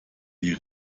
die